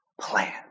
plan